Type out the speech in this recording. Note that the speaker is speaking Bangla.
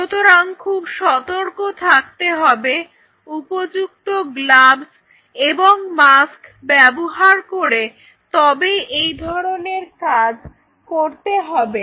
সুতরাং খুব সতর্ক থাকতে হবে উপযুক্ত গ্লাভস এবং মাস্ক ব্যবহার করে তবেই এই ধরনের কাজ করতে হবে